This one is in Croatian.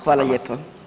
Hvala lijepo.